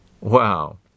Wow